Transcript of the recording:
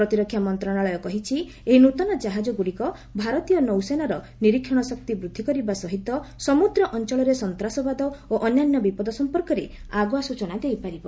ପ୍ରତିରକ୍ଷା ମନ୍ତ୍ରଣାଳୟ କହିଛି ଏହି ନୃତନ ଜାହାଜଗୁଡ଼ିକ ଭାରତୀୟ ନୌସେନାର ନିରୀକ୍ଷଣ ଶକ୍ତି ବୃଦ୍ଧି କରିବା ସହିତ ସମୁଦ୍ର ଅଞ୍ଚଳରେ ସନ୍ତାସବାଦ ଓ ଅନ୍ୟାନ୍ୟ ବିପଦ ସମ୍ପର୍କରେ ଆଗୁଆ ସ୍ଟଚନା ଦେଇପାରିବ